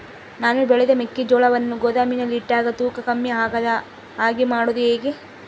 ನಾನು ಬೆಳೆದ ಮೆಕ್ಕಿಜೋಳವನ್ನು ಗೋದಾಮಿನಲ್ಲಿ ಇಟ್ಟಾಗ ತೂಕ ಕಮ್ಮಿ ಆಗದ ಹಾಗೆ ಮಾಡೋದು ಹೇಗೆ?